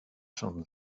sun